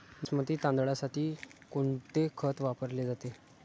बासमती तांदळासाठी कोणते खत वापरले जाते?